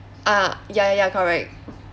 ah ya ya ya correct